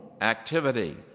activity